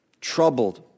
troubled